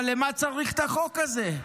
אבל למה צריך את החוק הזה?